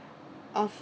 of